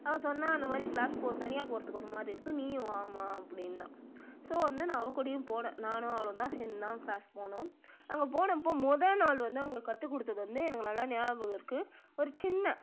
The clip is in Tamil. அவள் சொன்னாள் அந்த மாதிரி க்ளாஸ் போக தனியாக போவத்துக்கு ஒரு மாதிரி இருக்குது நீயும் வாம்மா அப்படின்னா ஸோ வந்து நான் அவள் கூடேயும் போனேன் நானும் அவளும் தான் சேர்ந்துதான் க்ளாஸ் போனோம் அங்கே போனப்போ மொதல் நாள் வந்து அவங்க கற்றுக் கொடுத்தது வந்து எனக்கு நல்லா ஞாபகம் இருக்குது ஒரு சின்ன